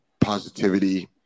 positivity